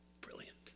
Brilliant